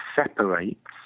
separates